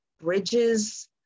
bridges